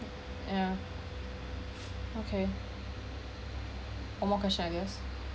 (uh)yeah okay no more question I guess